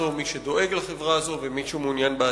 וכמי שדואגים לחברה הזאת וכמי שמעוניינים בעתידה.